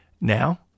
now